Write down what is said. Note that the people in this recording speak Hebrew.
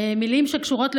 מילים שקשורות לביטחון: